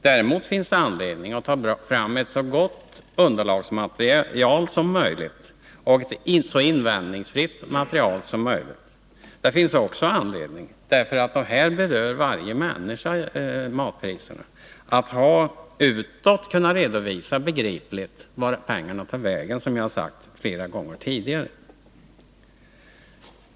Däremot finns det anledning att ta fram ett så gott och så invändningsfritt underlag som möjligt. Matpriserna berör ju varje enskild människa. Därför finns det anledning att också utåt på ett begripligt sätt redovisa vart pengarna tar vägen, och det har jag framhållit flera gånger tidigare.